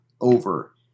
over-